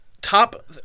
Top